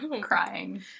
Crying